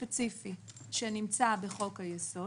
לראש הממשלה יש הסדר ספציפי שנמצא בחוק-היסוד,